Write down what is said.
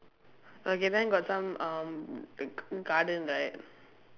okay then got some um g~ garden right